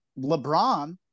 LeBron